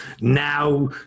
now